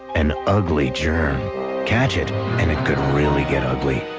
an ugly journey catch it. and it could really get ugly.